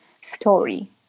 story